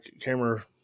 camera